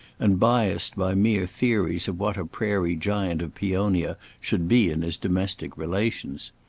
and biased by mere theories of what a prairie giant of peonia should be in his domestic relations.